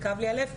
וכאב לי הלב,